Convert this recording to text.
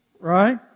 Right